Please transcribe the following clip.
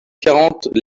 quarante